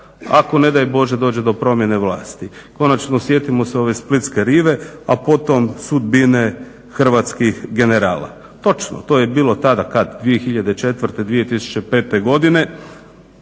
ako ne daj Bože dođe do promjene vlasti. Konačno, sjetimo se ove splitske rive, a potom sudbine hrvatskih generala. Točno, to je bilo tada, kada? 2004., 2005. godine.